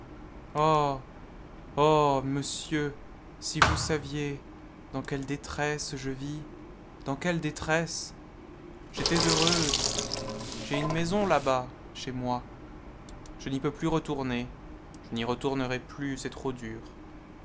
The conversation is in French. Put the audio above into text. oh monsieur si vous saviez dans quelle détresse je vis dans quelle détresse j'étais heureuse j'ai une maison là-bas chez moi je n'y peux plus retourner je n'y retournerai plus c'est trop dur